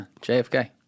JFK